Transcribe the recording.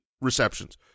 receptions